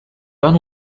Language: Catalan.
van